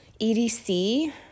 EDC